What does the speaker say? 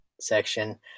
section